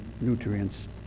nutrients